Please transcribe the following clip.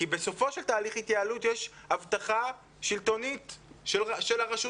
כי בסופו של תהליך התייעלות יש הבטחה שלטונית של רשות